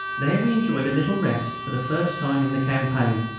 there we enjoyed a little rest for the first time in the campaign.